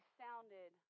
sounded